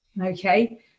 okay